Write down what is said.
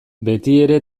betiere